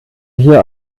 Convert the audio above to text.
hier